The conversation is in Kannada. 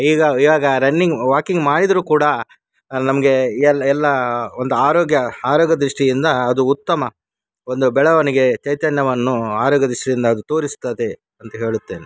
ಈಗ ಇವಾಗ ರನ್ನಿಂಗ್ ವಾಕಿಂಗ್ ಮಾಡಿದರೂ ಕೂಡ ನಮಗೆ ಎಲ್ಲ ಎಲ್ಲ ಒಂದು ಆರೋಗ್ಯ ಆರೋಗ್ಯ ದೃಷ್ಟಿಯಿಂದ ಅದು ಉತ್ತಮ ಒಂದು ಬೆಳವಣಿಗೆ ಚೈತನ್ಯವನ್ನು ಆರೋಗ್ಯ ದೃಷ್ಟಿಯಿಂದ ಅದು ತೋರಿಸ್ತದೆ ಅಂತ ಹೇಳುತ್ತೇನೆ